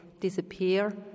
disappear